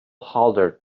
hollered